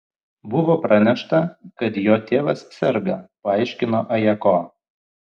buvo pranešta kad jo tėvas serga paaiškino ajako